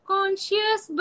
Conscious